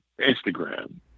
Instagram